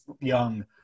Young